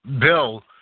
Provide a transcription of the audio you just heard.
bill